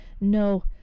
No